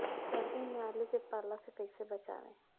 सर्दी में आलू के पाला से कैसे बचावें?